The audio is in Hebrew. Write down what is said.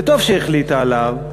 וטוב שהחליטה עליו,